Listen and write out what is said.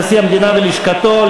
נשיא המדינה ולשכתו,